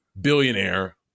billionaire –